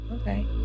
Okay